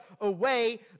away